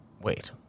Wait